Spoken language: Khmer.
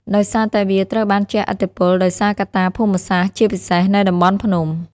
ដោយសារតែវាត្រូវបានជះឥទ្ធិពលដោយសារកត្តាភូមិសាស្ត្រ ជាពិសេស នៅតំបន់ភ្នំ។